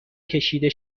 کشیده